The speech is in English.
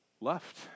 left